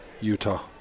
Utah